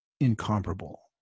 incomparable